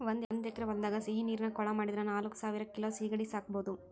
ಒಂದ್ ಎಕರೆ ಹೊಲದಾಗ ಸಿಹಿನೇರಿನ ಕೊಳ ಮಾಡಿದ್ರ ನಾಲ್ಕಸಾವಿರ ಕಿಲೋ ಸೇಗಡಿ ಸಾಕಬೋದು